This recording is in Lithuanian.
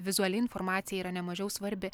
vizuali informacija yra nemažiau svarbi